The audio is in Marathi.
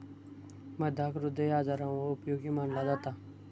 मधाक हृदय आजारांवर उपयोगी मनाला जाता